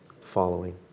following